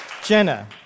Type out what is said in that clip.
Jenna